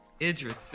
Idris